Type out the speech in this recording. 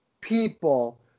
people